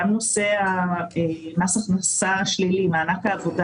גם נושא מס הכנסה שלילי, מענק העבודה.